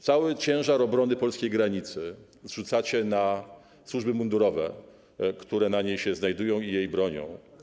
Cały ciężar obrony polskiej granicy zrzucacie na służby mundurowe, które się na niej znajdują i jej bronią.